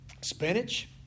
Spinach